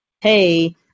hey